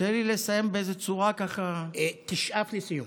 תן לי לסיים באיזו צורה ככה --- תשאף לסיום.